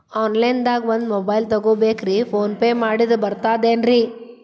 Online ದಾಗ ಒಂದ್ mobile ತಗೋಬೇಕ್ರಿ ಫೋನ್ ಪೇ ಮಾಡಿದ್ರ ಬರ್ತಾದೇನ್ರಿ?